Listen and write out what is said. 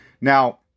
Now